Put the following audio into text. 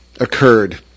occurred